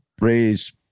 raise